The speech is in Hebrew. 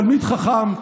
תלמיד חכם,